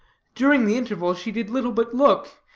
during the interval she did little but look,